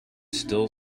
still